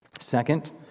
Second